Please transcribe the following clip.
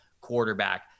quarterback